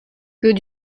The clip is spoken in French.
que